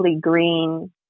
green